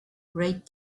great